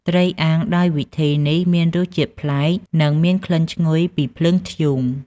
ត្រីអាំងដោយវិធីនេះមានរសជាតិប្លែក និងមានក្លិនឈ្ងុយពីភ្លើងធ្យូង។